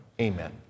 Amen